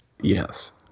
Yes